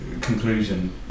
conclusion